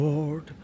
Lord